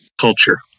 culture